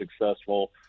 successful